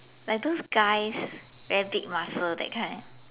like those guys very big muscle that kind ah